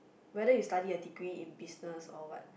whether you study a degree in business or what